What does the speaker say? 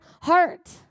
heart